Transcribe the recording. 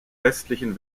westlichen